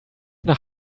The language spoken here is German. nach